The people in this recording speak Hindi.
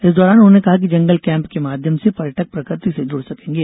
इस दौरान उन्होंने कहा कि जंगल केम्प के माध्यम से पर्यटक प्रकृति से जुड़ सकेंगे